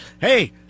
Hey